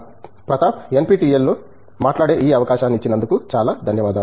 నిర్మలా ప్రతాప్ ఎన్పిటిఎల్లో మాట్లాడే ఈ అవకాశాన్ని ఇచ్చినందుకు చాలా ధన్యవాదాలు